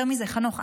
יותר מזה, חנוך,